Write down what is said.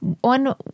One